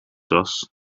was